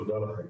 תודה לכם.